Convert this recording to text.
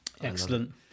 Excellent